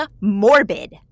morbid